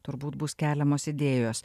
turbūt bus keliamos idėjos